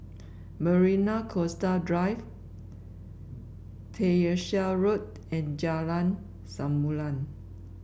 Marina Coastal Drive Tyersall Road and Jalan Samulun